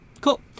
cool